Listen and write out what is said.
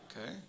Okay